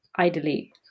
idly